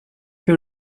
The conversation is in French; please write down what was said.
que